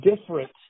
different